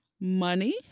money